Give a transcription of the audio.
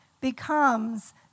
becomes